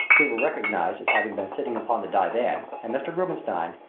we were recognized as having been sitting upon the divan and mr. rubenstein,